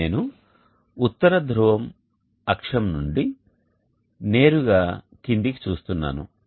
నేను ఉత్తర ధ్రువ అక్షం నుండి నేరుగా కిందికి చూస్తున్నాను